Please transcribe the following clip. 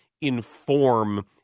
inform